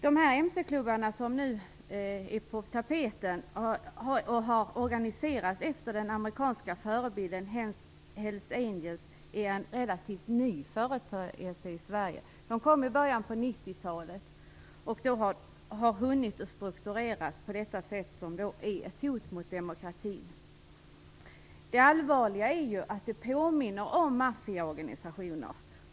De mc-klubbar som nu är på tapeten är organiserade efter den amerikanska förebilden Hells Angels och är en relativt ny företeelse i Sverige. De kom i början av 90-talet och har alltså hunnit strukturera sig på ett sådant sätt att de är ett hot mot demokratin. Det allvarliga är att de här klubbarna påminner om maffiaorganisationer.